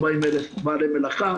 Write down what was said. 40,000 בעלי מלאכה,